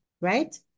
Right